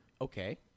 Okay